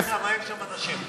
הוא דופק פעמיים שם אנשים.